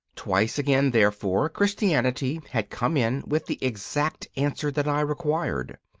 twice again, therefore, christianity had come in with the exact answer that i required.